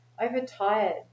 overtired